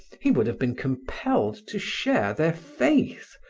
he would have been compelled to share their faith,